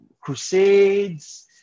crusades